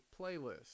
playlist